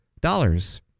dollars